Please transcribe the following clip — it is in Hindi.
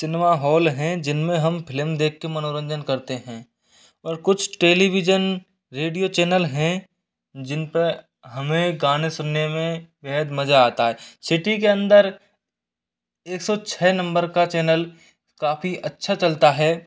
सिनेमा हॉल हैं जिनमे हम फ़िल्म देख के मनोरंजन करते हैं और कुछ टेलीविज़न रेडियो चैनल हैं जिनपे हमें गाने सुनने में बेहद मज़ा आता है सिटी के अंदर एक सौ छः नंबर का चैनल काफ़ी अच्छा चलता है